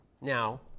Now